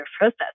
process